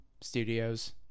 studios